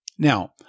Now